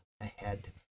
ahead